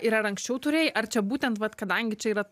ir ar anksčiau turėjai ar čia būtent vat kadangi čia yra